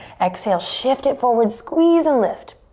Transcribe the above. exhale, shift it forward, squeeze and lift.